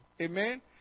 Amen